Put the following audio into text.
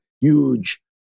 huge